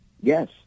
Yes